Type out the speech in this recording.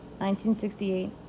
1968